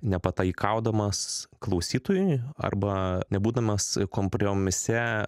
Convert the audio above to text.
nepataikaudamas klausytojui arba nebūdamas kompromise